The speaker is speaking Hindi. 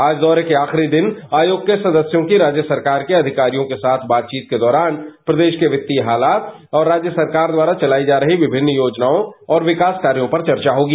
आज दौरे के आखिरी दिन आयोग के सदस्यों की राज्य सरकार के अधिकारियों के साथ बातचीत के दौरान प्रदेश के क्तिय हालात और राज्य सरकार द्वारा चलाई जा रही विभिन्न योजनाओं और विकास कार्यों पर चर्चा होगी